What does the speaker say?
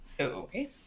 Okay